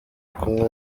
kumwe